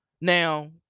Now